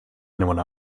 anyone